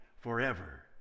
forever